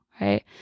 Right